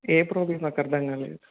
ఏ problem నాకు అర్థం కాలేదు